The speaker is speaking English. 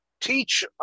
Teach